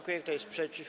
Kto jest przeciw?